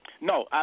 No